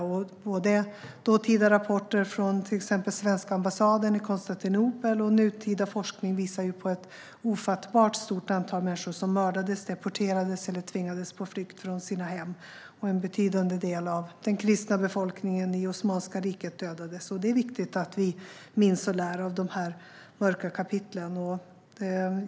Både tidigare rapporter från svenska ambassaden i Konstantinopel och nutida forskning visar ju på ett ofattbart stort antal människor som mördades, deporterades eller tvingades på flykt från sina hem. En betydande del av den kristna befolkningen i Osmanska riket dödades. Det är viktigt att vi minns och lär av de mörka kapitlen.